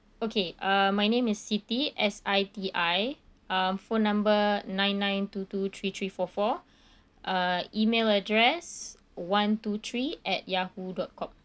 okay uh my name is siti S I T I um phone number nine nine two two three three four four uh email address one two three at yahoo dot com